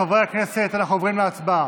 חברי הכנסת, אנחנו עוברים להצבעה.